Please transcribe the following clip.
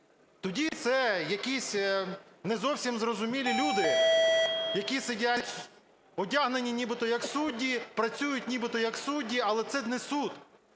Тоді це якісь не зовсім зрозумілі люди, які сидять одягнені нібито, як судді, працюють нібито як судді, але це не суд.